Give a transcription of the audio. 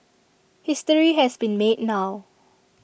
history has been made now